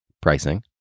pricing